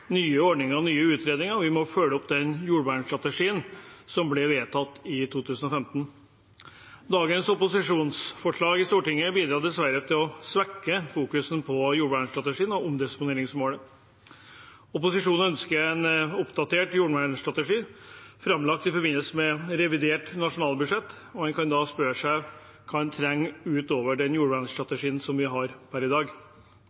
nye ordninger og nye utredninger. Vi må følge opp den jordvernstrategien som ble vedtatt i 2015. Dagens opposisjonsforslag i Stortinget bidrar dessverre til å svekke fokuset på jordvernstrategien og omdisponeringsmålet. Opposisjonen ønsker en oppdatert jordvernstrategi framlagt i forbindelse med revidert nasjonalbudsjett. En kan spørre seg hva de trenger utover den jordvernstrategien vi har per i dag,